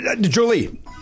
Julie